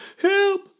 Help